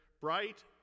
bright